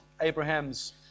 Abraham's